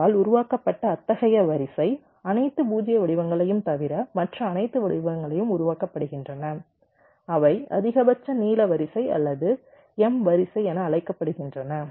ஆரால் உருவாக்கப்பட்ட அத்தகைய வரிசை அனைத்து 0 வடிவங்களையும் தவிர மற்ற அனைத்து வடிவங்களும் உருவாக்கப்படுகின்றன அவை அதிகபட்ச நீள வரிசை அல்லது m வரிசை என அழைக்கப்படுகின்றன